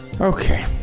Okay